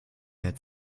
mehr